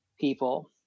people